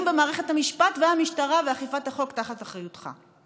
במערכת המשפט והמשטרה ואכיפת החוק תחת אחריותך.